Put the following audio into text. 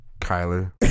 Kyler